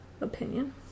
opinion